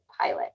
pilot